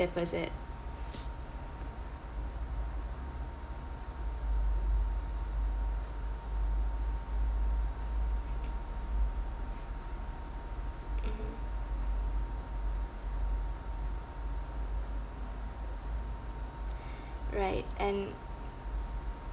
deposit mmhmm right and